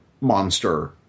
monster